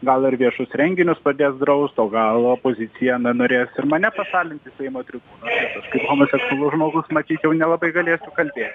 gal ir viešus renginius pradės draust o gal opozicija na norės ir mane pašalinti iš seimo tribūnos nes aš kaip homoseksualus žmogus matyt jau nelabai galėsiu kalbėt